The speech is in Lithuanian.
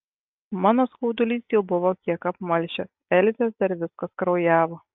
mano skaudulys jau buvo kiek apmalšęs elzės dar viskas kraujavo